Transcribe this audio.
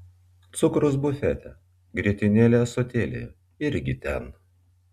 cukrus bufete grietinėlė ąsotėlyje irgi ten